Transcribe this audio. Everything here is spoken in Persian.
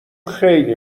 خیلی